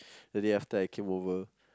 the day after I came over